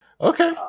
Okay